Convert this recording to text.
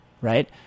Right